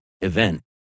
event